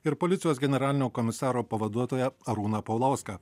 ir policijos generalinio komisaro pavaduotoją arūną paulauską